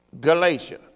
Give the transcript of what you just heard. Galatia